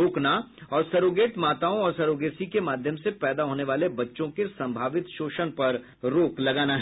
रोकना और सरोगेट माताओं और सरोगेसी के माध्यम से पैदा होने वाले बच्चों के संभावित शोषण पर रोक लगाना है